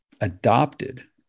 adopted